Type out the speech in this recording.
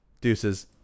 deuces